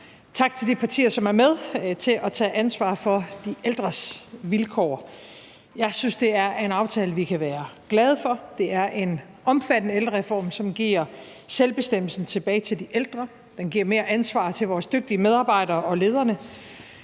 Tak til de partier, som er med til at tage ansvar for de ældres vilkår. Jeg synes, det er en aftale, vi kan være glade for. Det er en omfattende ældrereform, som giver selvbestemmelsen tilbage til de ældre, og den giver mere ansvar til vores dygtige medarbejdere og ledere.